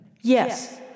Yes